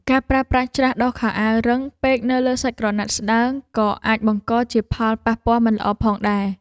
ការប្រើប្រាស់ច្រាសដុសខោអាវរឹងពេកនៅលើសាច់ក្រណាត់ស្តើងក៏អាចបង្កជាផលប៉ះពាល់មិនល្អផងដែរ។